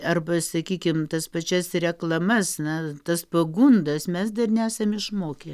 arba sakykim tas pačias reklamas na tas pagundas mes dar nesam išmokę